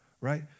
Right